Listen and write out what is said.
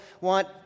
want